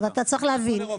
כל אירופה,